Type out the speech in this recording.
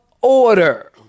order